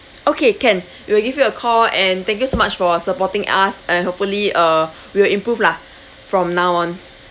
okay can we will give you a call and thank you so much for supporting us and hopefully uh we will improve lah from now on